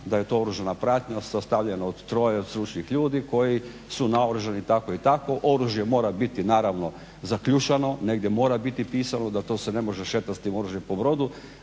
da je to oružana pratnja sastavljena od troje stručnih ljudi koji su naoružani tako i tako, oružje mora biti naravno zaključano. Negdje mora biti pisano da se ne može šetat s tim oružjem po brodu,